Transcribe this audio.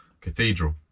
Cathedral